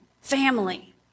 family